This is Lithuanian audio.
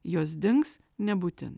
jos dings nebūtin